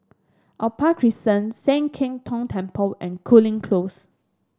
Opal Crescent Sian Keng Tong Temple and Cooling Close